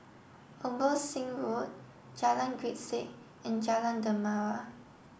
Abbotsingh Road Jalan Grisek and Jalan Dermawan